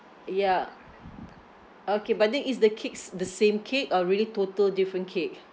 ya okay but then is the cakes the same cake or really total different cake